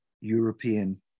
European